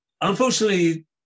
unfortunately